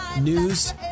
News